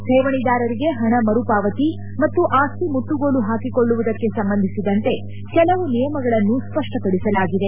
ಠೇವಣಿದಾರರಿಗೆ ಹಣ ಮರುಪಾವತಿ ಮತ್ತು ಆಸ್ತಿ ಮುಟ್ಟುಗೋಲು ಹಾಕಿಕೊಳ್ಳುವುದಕ್ಕೆ ಸಂಬಂಧಿಸಿದಂತೆ ಕೆಲವು ನಿಯಮಗಳನ್ನು ಸ್ಪಷ್ವಪದಿಸಲಾಗಿದೆ